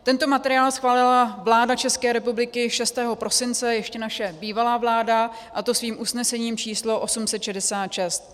Tento materiál schválila vláda České republiky 6. prosince, ještě naše bývalá vláda, a to svým usnesením č. 866.